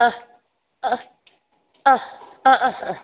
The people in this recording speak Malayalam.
ആ ആ ആ ആ ആ